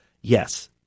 yes